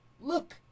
Look